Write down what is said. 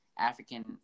African